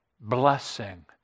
blessing